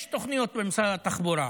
יש תוכניות במשרד התחבורה.